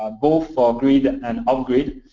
um both for grid and off-grid.